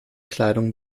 kleidung